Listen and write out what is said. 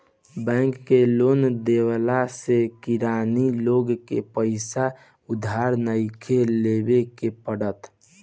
bank के loan देवला से किरानी लोग के पईसा उधार नइखे लेवे के पड़त